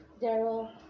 Daryl